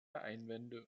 einwände